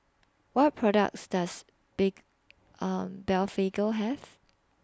What products Does Blephagel Have